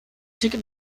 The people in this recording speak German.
ticket